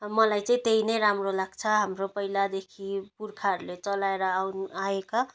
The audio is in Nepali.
मलाई चाहिँ त्यही नै राम्रो लाग्छ हाम्रो पहिलादेखि पुर्खाहरूले चलाएर आउनु आएका